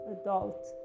adult